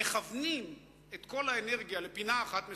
מכוְונים את כל האנרגיה לפינה אחת מסוימת,